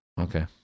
Okay